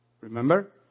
Remember